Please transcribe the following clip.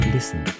Listen